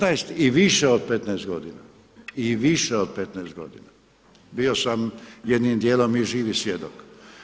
15 i više od 15 godina, i više od 15 godina bio sam jednim dijelom i živi svjedok.